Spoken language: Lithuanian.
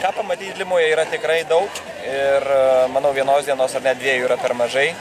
ką pamatyt limoje yra tikrai daug ir manau vienos dienos ar net dviejų yra per mažai